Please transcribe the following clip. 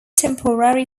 temporary